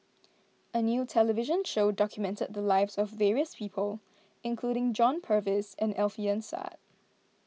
a new television show documented the lives of various people including John Purvis and Alfian Sa'At